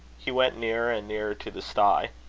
he went nearer and nearer to the stye.